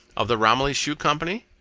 of the romilly shoe company?